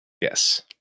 Yes